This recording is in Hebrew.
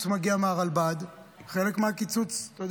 חלק מהקיצוץ מגיע מהרלב"ד,